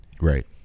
Right